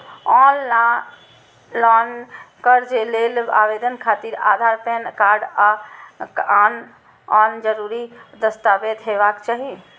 ऑनलॉन कर्ज लेल आवेदन खातिर आधार, पैन कार्ड आ आन जरूरी दस्तावेज हेबाक चाही